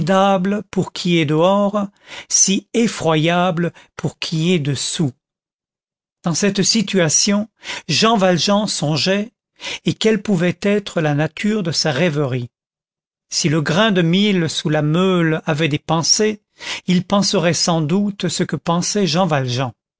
pour qui est dehors si effroyable pour qui est dessous dans cette situation jean valjean songeait et quelle pouvait être la nature de sa rêverie si le grain de mil sous la meule avait des pensées il penserait sans doute ce que pensait jean valjean